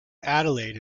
adelaide